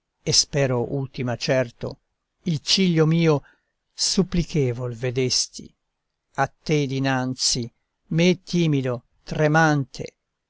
prima e spero ultima certo il ciglio mio supplichevol vedesti a te dinanzi me timido tremante